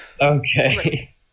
Okay